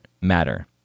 matter